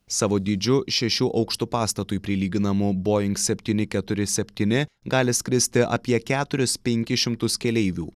savo dydžiu šešių aukštų pastatui prilyginamu boing septyni keturi septyni gali skristi apie keturis penkis šimtus keleivių